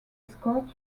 escort